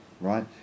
right